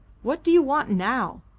what do you want now?